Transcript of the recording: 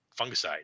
fungicide